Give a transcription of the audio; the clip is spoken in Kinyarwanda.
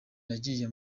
nagiye